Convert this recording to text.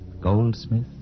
goldsmith